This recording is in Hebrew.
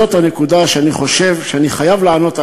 זאת הנקודה שאני חושב שאני חייב לענות עליה,